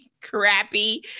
crappy